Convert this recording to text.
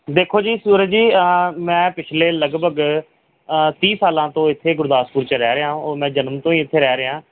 ਦੇਖੋ ਜੀ ਸੂਰਜ ਜੀ ਮੈਂ ਪਿਛਲੇ ਲਗਭਗ ਤੀਹ ਸਾਲਾਂ ਤੋਂ ਇੱਥੇ ਗੁਰਦਾਸਪੁਰ 'ਚ ਰਹਿ ਰਿਹਾ ਔਰ ਮੈਂ ਜਨਮ ਤੋਂ ਹੀ ਇੱਥੇ ਰਹਿ ਰਿਹਾ